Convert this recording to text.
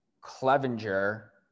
Clevenger